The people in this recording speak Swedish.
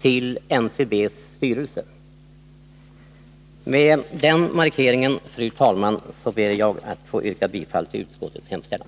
till NCB:s styrelse. Med denna markering, fru talman, ber jag att få yrka bifall till utskottets hemställan.